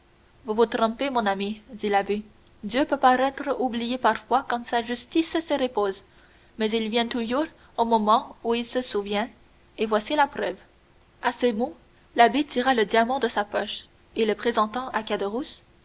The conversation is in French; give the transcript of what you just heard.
mon ami dit l'abbé dieu peut paraître oublier parfois quand sa justice se repose mais il vient toujours un moment où il se souvient et en voici la preuve à ces mots l'abbé tira le diamant de sa poche et le présentant à